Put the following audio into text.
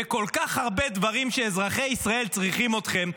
בכל כך הרבה דברים שאזרחי ישראל צריכים אתכם.